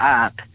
up